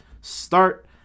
start